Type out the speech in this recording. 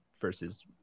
versus